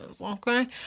okay